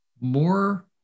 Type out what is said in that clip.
more